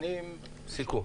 סיכום.